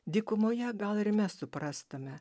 dykumoje gal ir mes suprastume